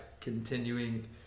continuing